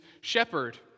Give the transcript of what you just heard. shepherd